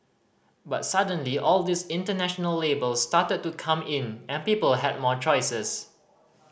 but suddenly all these international labels started to come in and people had more choices